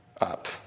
Up